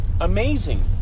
Amazing